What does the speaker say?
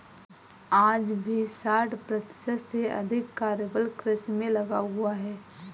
आज भी साठ प्रतिशत से अधिक कार्यबल कृषि में लगा हुआ है